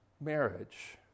marriage